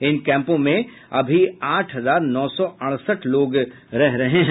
इन कैम्पों में अभी आठ हजार नौ सौ अड़सठ लोग रह रहे हैं